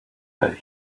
that